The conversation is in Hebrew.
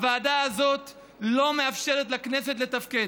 הוועדה הזאת לא מאפשרת לכנסת לתפקד.